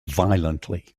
violently